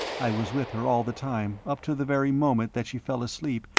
i was with her all the time, up to the very moment that she fell asleep.